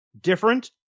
different